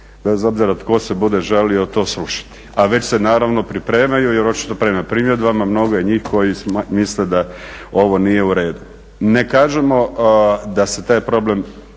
bez obzira tko se bude žalio to srušiti. A već se naravno pripremaju jer očito prema primjedbama mnogi od njih koji misle da ovo nije u redu. Ne kažemo da se taj problem